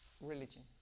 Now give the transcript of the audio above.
religion